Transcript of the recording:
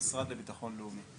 המשרד לביטחון לאומי.